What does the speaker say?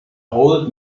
old